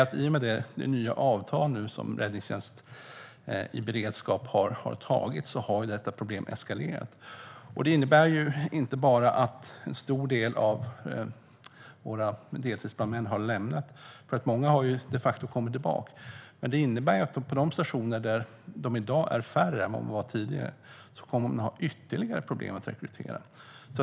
I och med det nya avtal om räddningstjänst i beredskap som har slutits har detta problem eskalerat. Det innebär inte bara att en stor del av deltidsbrandmännen har lämnat sitt uppdrag. Många har de facto kommit tillbaka, men på de stationer där man i dag är färre än tidigare kommer det att bli ytterligare problem med att rekrytera.